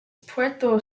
puerto